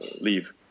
leave